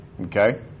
okay